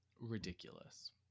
Ridiculous